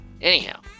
Anyhow